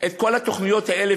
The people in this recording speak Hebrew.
את כל התוכניות האלה,